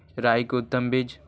राई के उतम बिज?